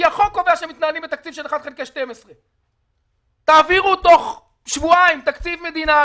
כי החוק קובע שמתנהלים בתקציב של 1/12. תעבירו תוך שבועיים תקציב מדינה,